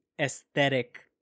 aesthetic